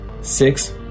Six